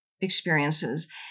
experiences